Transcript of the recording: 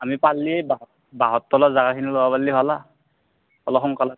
আমি পাৰলি বা বাঁহৰ তলৰ জাগা খিনি ল'ব পাৰলি ভাল আ অলপ সোনকালে